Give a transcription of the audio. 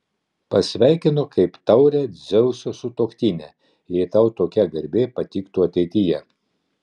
pasveikino kaip taurią dzeuso sutuoktinę jei tau tokia garbė patiktų ateityje